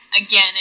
again